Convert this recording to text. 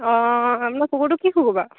অঁ আপোনাৰ কুকুৰটো কি কুকুৰ বাৰু